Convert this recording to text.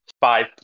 five